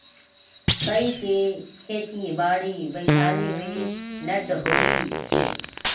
काइ के खेति बाड़ी वैशाली में नऽ होइ छइ